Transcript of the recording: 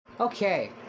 Okay